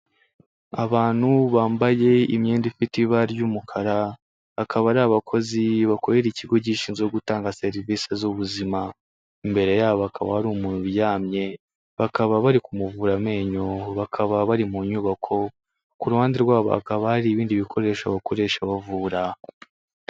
Abantu bambaye imyenda ifite ibara ry'umukara, akaba ari abakozi bakorera ikigo gishinzwe gutanga serivise z'ubuzima. Imbere yabo hakaba hari umuntu uryamye bakaba bari kumuvura amenyo bakaba bari mu nyubako, ku ruhande rwabo hakaba hari ibindi bikoresho bakoresha bavura.